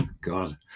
God